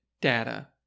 data